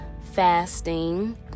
fasting